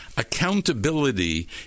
Accountability